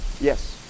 Yes